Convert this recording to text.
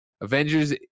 avengers